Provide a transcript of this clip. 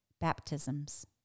baptisms